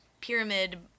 pyramid